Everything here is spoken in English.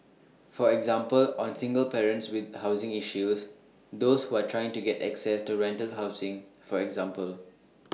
for example on single parents with housing issues those who are trying to get access to rental housing for example